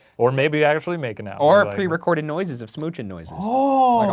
or maybe actually makin' out or pre-recorded noises of smoochin' noises. oh,